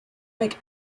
make